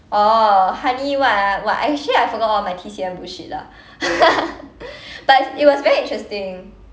oh honey what ah !wah! actually I forgot all my T_C_M bullshit lah but it's it was very interesting